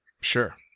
sure